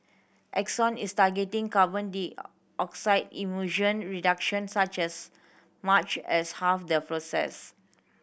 Exxon is targeting carbon dioxide emission reduction such as much as half the process